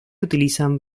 utilizan